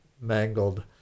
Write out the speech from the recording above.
mangled